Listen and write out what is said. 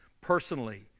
personally